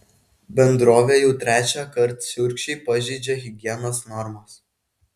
bendrovė jau trečiąkart šiurkščiai pažeidžia higienos normas